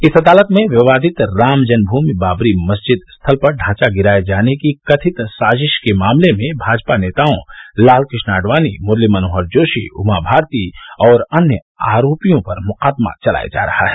इस अदालत में विवादित राम जन्मभूमि बाबरी मस्जिद स्थल पर ढांचा गिराये जाने की कथित साजिश के मामले में भाजपा नेताओं लाल कृष्ण आडवाणी मुरली मनोहर जोशी उमा भारती और अन्य आरोपियों पर मुकदमा चलाया जा रहा है